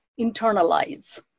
internalize